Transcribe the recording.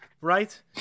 Right